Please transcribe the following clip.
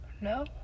No